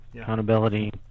accountability